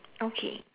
okay